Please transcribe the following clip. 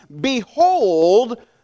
Behold